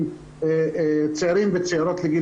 7,000 צעירים וצעירות מגיעים אצלנו לגיל